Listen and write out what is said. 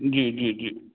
जी जी जी